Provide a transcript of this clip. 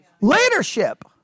Leadership